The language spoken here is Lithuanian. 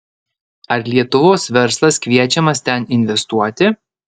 ar lietuvos verslas kviečiamas ten investuoti